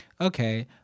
okay